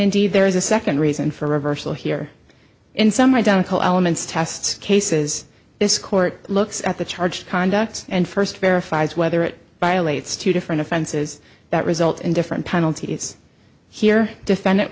indeed there is a second reason for reversal here in some identical elements test cases this court looks at the charge conduct and first verifies whether it violates two different offenses that result in different penalties here defendant